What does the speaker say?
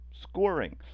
Scoring